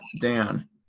Dan